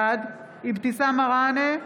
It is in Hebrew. בעד אבתיסאם מראענה,